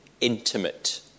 intimate